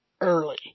early